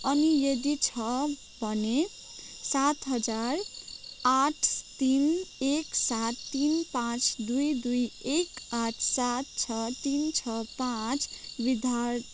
अनि यदि छ भने सात हजार आठ तिन एक सात तिन पाँच दुई दुई एक आठ सात छ तिन छ पाँच विदर्भ